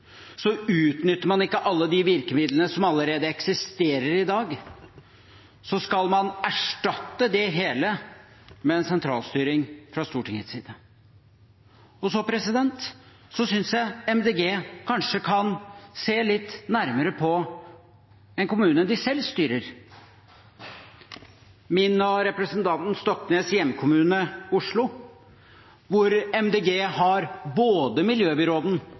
Så synes jeg MDG kanskje kan se litt nærmere på en kommune hvor de selv styrer, min og representanten Stoknes’ hjemkommune, Oslo, hvor MDG har både miljøbyråden